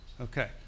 Okay